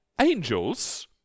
angels